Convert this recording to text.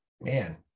man